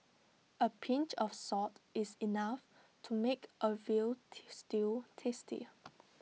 A pinch of salt is enough to make A Veal Stew tasty